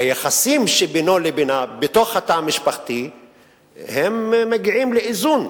היחסים שבינו לבינה בתוך התא המשפחתי מגיעים לאיזון.